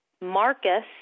Marcus